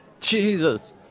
Jesus